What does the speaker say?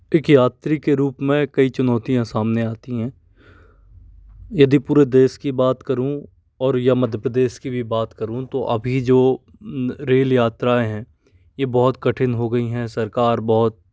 एक यात्री के रूप में कई चुनौतियाँ सामने आती हैं यदि पूरे देश की बात करूं और या मध्य प्रदेश की भी बात करूं तो अभी जो रेल यात्राएँ हैं ये बहुत कठिन हो गई हैं सरकार बहुत